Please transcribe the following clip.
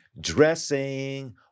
dressing